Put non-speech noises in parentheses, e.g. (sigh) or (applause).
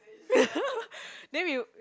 (laughs) then you